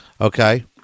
okay